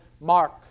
Mark